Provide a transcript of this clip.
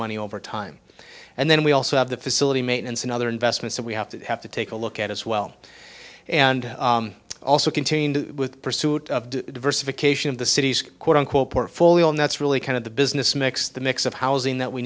money over time and then we also have the facility maintenance and other investments that we have to have to take a look at as well and also contained with pursuit of diversification of the city's quote unquote portfolio and that's really kind of the business mix the mix of housing that we